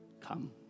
come